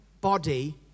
body